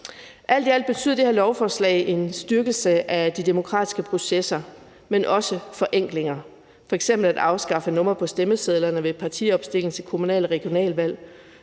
Alt i alt betyder det her lovforslag en styrkelse af de demokratiske processer, men også forenklinger, f.eks. at afskaffe numre på stemmesedlerne ved partiopstilling til kommunal- og regionalvalg,